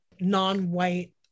non-white